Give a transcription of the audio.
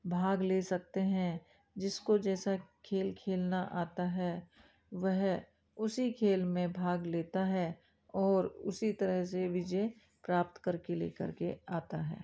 भाग ले सकते हैं जिसको जैसा खेल खेलना आता है वह उसी खेल में भाग लेता है और उसी तरह से विजय प्राप्त करके लेकर के आता है